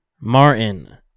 Martin